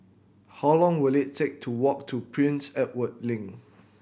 how long will it take to walk to Prince Edward Link